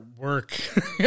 work